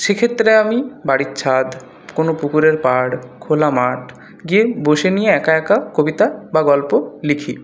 সেক্ষেত্রে আমি বাড়ির ছাদ কোনো পুকুরের পাড় খোলা মাঠ গিয়ে বসে নিয়ে একা একা কবিতা বা গল্প লিখি